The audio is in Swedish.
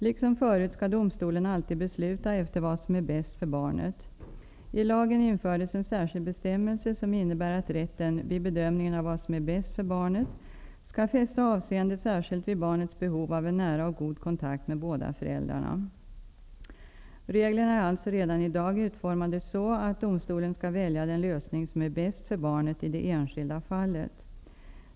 Liksom förut skall domstolen alltid besluta efter vad som är bäst för barnet. I lagen infördes en särskild bestämmelse, som innebär att rätten vid bedömningen av vad som är bäst för barnet skall fästa avseende särskilt vid barnets behov av en nära och god kontakt med båda föräldrarna. Reglerna är alltså redan i dag utformade så, att domstolen skall välja den lösning som är bäst för barnet i det enskilda fallet.